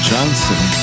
Johnson